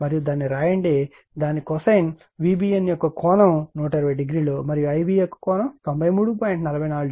మరియు దానిని వ్రాయండి దాని Cosine VBN యొక్క కోణం 120o మరియు Ib యొక్క కోణం 93